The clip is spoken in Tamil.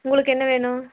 உங்களுக்கு என்ன வேணும்